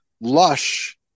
lush